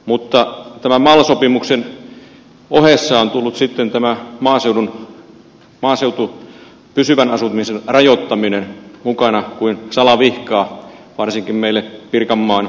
mutta tämän mal sopimuksen ohessa on tullut maaseudun pysyvän asumisen rajoittaminen mukana kuin salavihkaa varsinkin meille pirkanmaan maaseutukuntiin